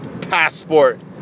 passport